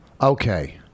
okay